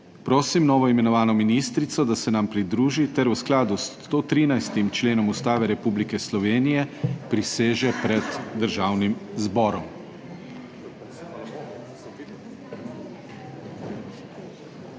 Prosim novoimenovano ministrico, da se nam pridruži ter v skladu s 113. Členom Ustave Republike Slovenije priseže pred Državnim zborom.